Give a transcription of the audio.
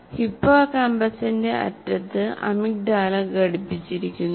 ഹിപ്പോകാമ്പസിന്റെ അറ്റത്ത് അമിഗ്ഡാല ഘടിപ്പിച്ചിരിക്കുന്നു